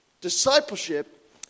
Discipleship